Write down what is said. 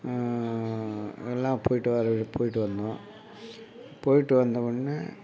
எல்லாம் போய்விட்டு வர போய்விட்டு வந்தோம் போய்விட்டு வந்தவுன்னே